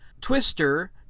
Twister